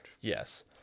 Yes